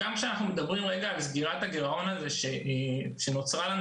גם כשאנחנו מדברים על סגירת הגירעון שנוצר לנו